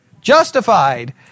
justified